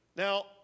Now